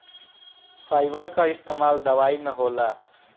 fibre कअ इस्तेमाल दवाई में होला